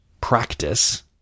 practice